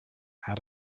out